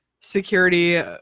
Security